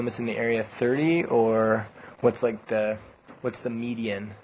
limits in the area thirty or what's like what's the median